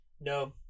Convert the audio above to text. No